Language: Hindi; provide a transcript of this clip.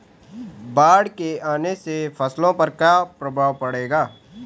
बाढ़ के आने से फसलों पर क्या प्रभाव पड़ेगा?